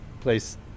place